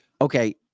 Okay